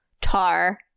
Tar